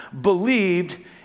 believed